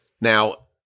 Now